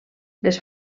les